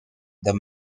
the